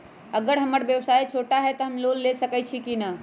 अगर हमर व्यवसाय छोटा है त हम लोन ले सकईछी की न?